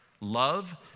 love